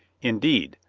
indeed,